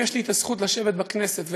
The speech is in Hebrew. אם יש לי הזכות לשבת בכנסת,